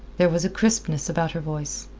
there was a crispness about her voice,